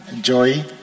joy